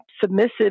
submissive